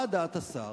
מה דעת השר,